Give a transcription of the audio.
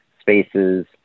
spaces